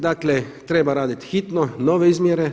Dakle, treba raditi hitno nove izmjere.